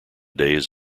days